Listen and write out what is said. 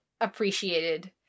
appreciated